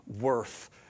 worth